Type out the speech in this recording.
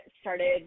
started